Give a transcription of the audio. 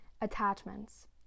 Attachments